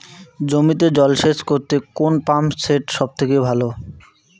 জমিতে জল সেচ করতে কোন পাম্প সেট সব থেকে ভালো?